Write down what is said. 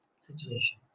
situation